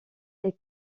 est